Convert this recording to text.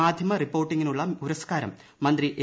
മാധ്യമ റിപ്പോർട്ടിങ്ങിനുള്ള പുരസ്കാരം മന്ത്രി എ